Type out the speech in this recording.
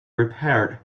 repaired